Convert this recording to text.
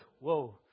Whoa